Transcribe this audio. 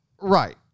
Right